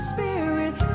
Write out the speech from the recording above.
Spirit